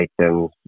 items